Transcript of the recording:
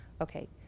Okay